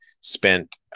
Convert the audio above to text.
spent